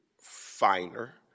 finer